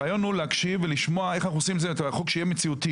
הרעיון הוא להקשיב ולשמוע איך אנחנו עושים את זה שיהיה מציאותי,